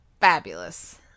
fabulous